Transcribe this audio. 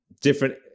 different